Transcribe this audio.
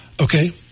Okay